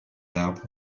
arbres